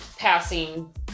passing